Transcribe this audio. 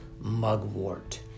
Mugwort